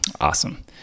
Awesome